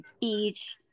Beach